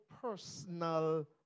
personal